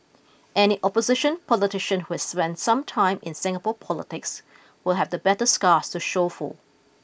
any opposition politician who has spent some time in Singapore politics will have the battle scars to show for